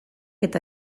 eta